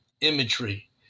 imagery